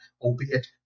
albeit